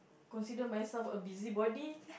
consider myself a busybody